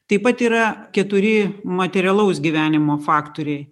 taip pat yra keturi materialaus gyvenimo faktoriai